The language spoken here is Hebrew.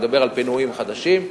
אני מדבר על פינויים חדשים,